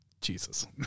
Jesus